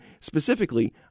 specifically